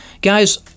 Guys